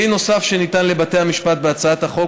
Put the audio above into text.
כלי נוסף שניתן לבתי המשפט בהצעת החוק